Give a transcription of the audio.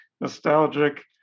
nostalgic